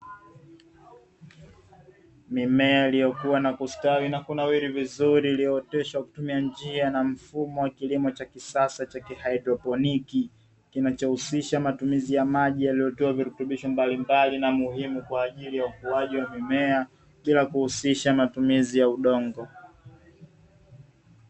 Mimea iliyokua na kustawi na kunawiri vizuri, iliyooteshwa kwa kutumia njia na mfumo wa kilimo cha kisasa cha kihaedroponiki kinachohusisha matumizi ya maji yaliyotoa virutubisho mbalimbali na muhimu kwa ajili ya ukuaji wa mimea bila kuhusisha matumizi ya udongo.